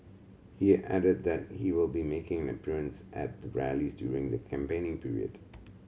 he added that he will be making an appearance at their rallies during the campaigning period